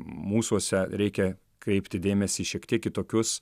mūsuose reikia kreipti dėmesį į šiek tiek kitokius